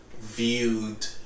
viewed